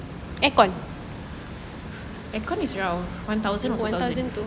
aircon is around one thousand two thousand